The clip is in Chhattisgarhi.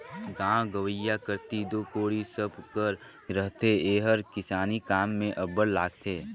गाँव गंवई कती दो कोड़ी सब घर रहथे एहर किसानी काम मे अब्बड़ लागथे